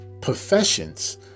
professions